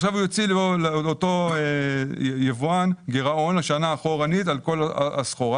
עכשיו הוא יוציא לאותו יבואן גירעון שנה אחורה על כל הסחורה.